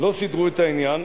לא סידרו את העניין,